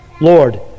Lord